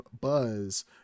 buzz